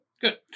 good